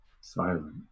silent